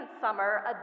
summer